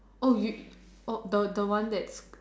oh you the the one that's